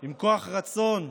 עם כוח רצון על-אנושי,